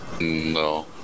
No